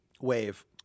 wave